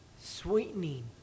sweetening